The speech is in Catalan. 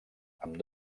amb